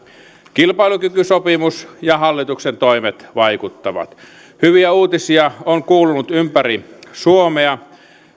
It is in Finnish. kilpailukykysopimus ja hallituksen toimet vaikuttavat hyviä uutisia on kuulunut ympäri suomea